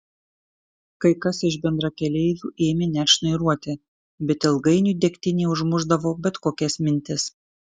kai kas iš bendrakeleivių ėmė net šnairuoti bet ilgainiui degtinė užmušdavo bet kokias mintis